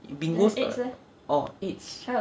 bingo orh eight